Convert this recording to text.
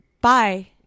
Bye